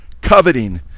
coveting